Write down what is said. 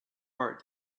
heart